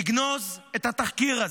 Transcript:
תגנוז את התחקיר הזה.